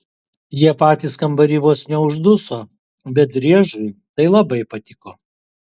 jie patys kambary vos neužduso bet driežui tai labai patiko